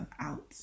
out